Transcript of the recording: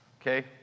Okay